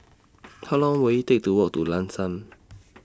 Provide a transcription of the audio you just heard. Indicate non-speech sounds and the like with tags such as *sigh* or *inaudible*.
*noise* How Long Will IT Take to Walk to Lam San